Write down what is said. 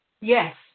yes